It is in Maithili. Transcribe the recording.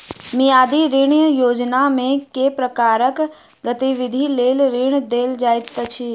मियादी ऋण योजनामे केँ प्रकारक गतिविधि लेल ऋण देल जाइत अछि